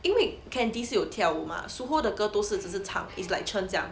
因为 candice 是有跳舞 mah sue ho 的歌都是只是唱 is like chen 这样